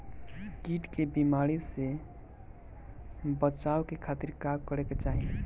कीट के बीमारी से बचाव के खातिर का करे के चाही?